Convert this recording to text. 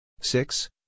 Six